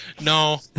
No